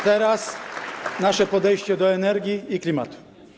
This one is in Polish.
Teraz nasze podejście do energii i klimatu.